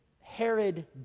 Herod